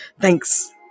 thanks